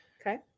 Okay